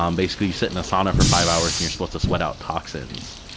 um basically, you sit in a sauna for five hours, and you're supposed to sweat out toxins,